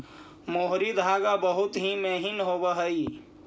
मोहरी धागा बहुत ही महीन होवऽ हई